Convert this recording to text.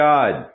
God